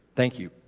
thank you.